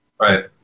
Right